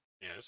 Yes